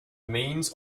means